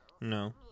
No